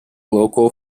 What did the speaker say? local